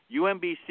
UMBC